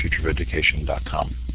futureofeducation.com